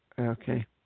Okay